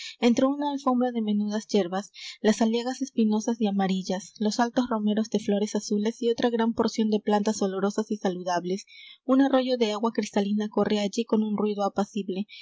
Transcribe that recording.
entre una alfombra de menudas yerbas las aliagas espinosas y amarillas los altos romeros de flores azules y otra gran porción de plantas olorosas y saludables un arroyo de agua cristalina corre allí con un ruido apacible